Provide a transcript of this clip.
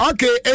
Okay